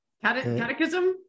Catechism